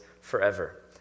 forever